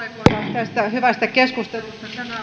tästä hyvästä keskustelusta tämä on arvokasta siitä syystä että